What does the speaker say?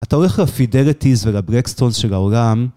אתה הולך לפידרטיז ולברקסטרונס של העולם